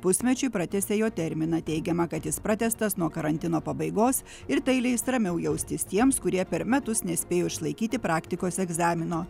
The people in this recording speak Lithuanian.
pusmečiui pratęsė jo terminą teigiama kad jis pratęstas nuo karantino pabaigos ir tai leis ramiau jaustis tiems kurie per metus nespėjo išlaikyti praktikos egzamino